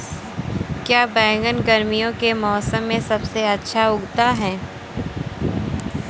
क्या बैगन गर्मियों के मौसम में सबसे अच्छा उगता है?